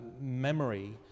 memory